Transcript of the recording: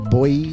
Boy